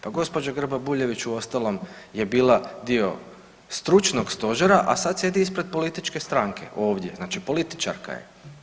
Pa gđa. Grba Bujević uostalom je bila dio stručnog stožera, a sad sjedi ispred političke stranke ovdje, znači političarka je.